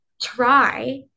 try